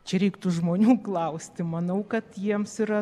čia reiktų žmonių klausti manau kad jiems yra